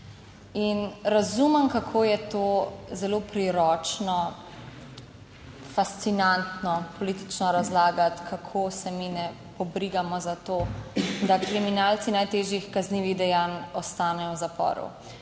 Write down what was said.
in razumem kako je to zelo priročno, fascinantno politično razlagati, kako se mi ne pobrigamo za to, da kriminalci najtežjih kaznivih dejanj ostanejo v zaporu,